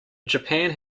japan